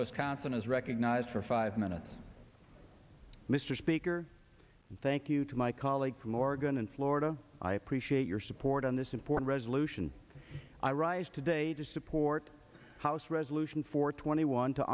wisconsin is recognized for five minutes mr speaker and thank you to my colleague from oregon and florida i appreciate your support on this important resolution i rise today to support house resolution four twenty one to